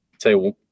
say